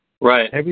Right